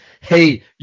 hey